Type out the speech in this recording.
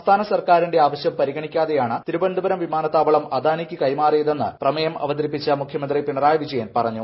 സംസ്ഥാന സർക്കാരിന്റെ ആവശ്യം പരിഗണിക്കാതെയാണ് തിരുവനന്തപുരം വിമാനത്താവളം അദാനിക്ക് കൈമാറിയതെന്ന് പ്രമേയം അവതരിപ്പിച്ച മുഖ്യമന്ത്രി പിണറായി വിജയൻ പറഞ്ഞു